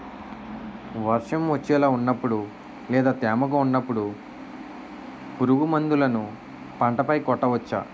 వర్షం వచ్చేలా వున్నపుడు లేదా తేమగా వున్నపుడు పురుగు మందులను పంట పై కొట్టవచ్చ?